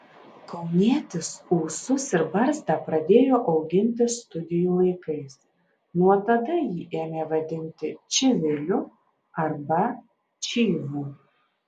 kaunietis ūsus ir barzdą pradėjo auginti studijų laikais nuo tada jį ėmė vadinti čiviliu arba čyvu